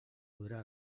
podrà